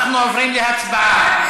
אנחנו עוברים להצבעה.